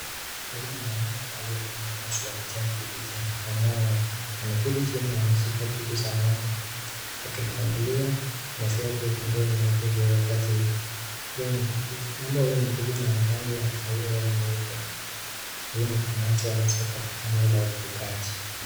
Huyu ni mwanaume aliye vaa mavazi za kijani kibichi akikamua ng'ombe, ameketi chini na anshika chuchu za ng'ombe huku akikamulia maziwa kwenye ndoo nyeupe iliyowekwa chini, ngombe huyu ni mkubwa mwenye rangi ya kahawia na nyeupe, huu ni ukamuzi wa maziwa katika eneo la ufugaji.